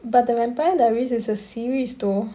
but the vampire diaries is a series though